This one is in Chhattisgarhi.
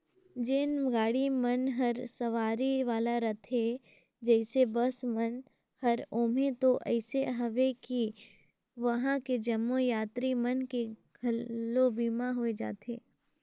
जेन गाड़ी मन हर सवारी वाला रथे जइसे बस मन हर ओम्हें तो अइसे अवे कि वंहा के जम्मो यातरी मन के घलो बीमा होय जाथे